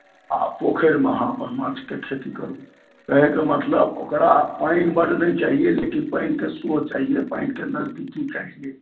आ पोखरिमे अहाँ अपन माँछके खेती करू कहयके मतलब ओकरा पानि बड नहि चाहियै लेकिन पानिके श्रोत चाहियै पानिके नजदीकी चाहियै